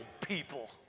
people